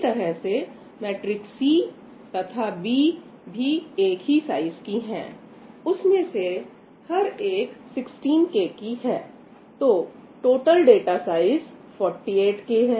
इसी तरह से मैट्रिक्स C तथा B भी एक ही साइज की हैं उसमें से हर एक 16K की है तो टोटल डाटा साइज 48k है